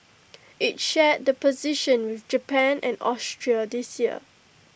IT shared the position with Japan and Austria this year